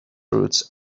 routes